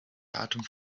datum